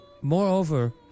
moreover